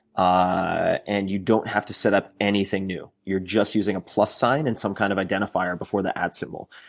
ah and you don't have to set up anything new. you're just using a plus sign and some kind of identifier before the at symbol.